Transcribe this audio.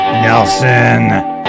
Nelson